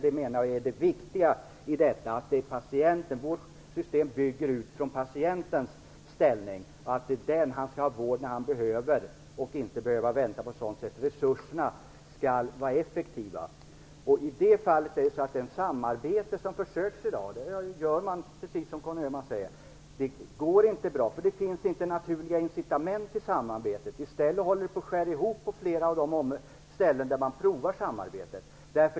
Det menar vi är det viktiga i detta. Vårt system bygger på patientens ställning. Han skall ha vård när han behöver och inte behöva vänta. Resurserna skall vara effektiva. Det samarbete som man i dag försöker genomföra, precis som Conny Öhman säger, går inte bra. Det finns inte naturliga incitament till samarbetet. I stället håller det på att skära ihop på flera av de ställen där man provar samarbete.